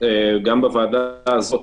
גם בוועדה הזאת,